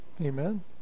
Amen